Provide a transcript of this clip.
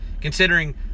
considering